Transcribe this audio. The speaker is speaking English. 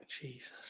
Jesus